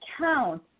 count